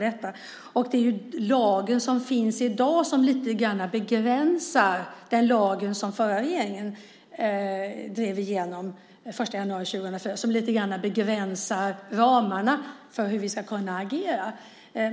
Den lag som finns i dag - den lag som den förra regeringen drev igenom den 1 januari 2004 - begränsar och sätter ramarna för hur vi ska kunna agera.